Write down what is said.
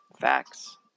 Facts